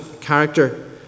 character